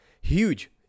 huge